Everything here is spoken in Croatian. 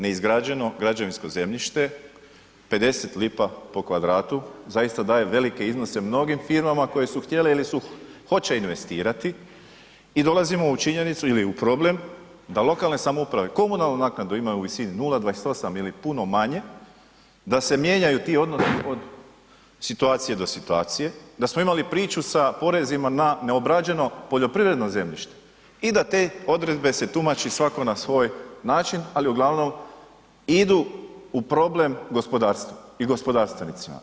Neizgrađeno građevinsko zemljište 50 lipa po kvadratu zaista daje velike iznose mnogim firmama koje su htjele ili su hoće investirati i dolazimo u činjenicu ili u problem da lokalne samouprave komunalnu naknadu imaju u visini 0,28 ili puno manje, da se mijenjaju ti odnosi od situacije do situacije, da smo imali priču sa porezima na neograđeno poljoprivredno zemljište i da te odredbe se tumači svatko na svoj način, ali u glavnom idu u problem gospodarstvu i gospodarstvenicima.